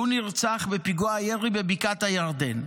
הוא נרצח בפיגוע ירי בבקעת הירדן.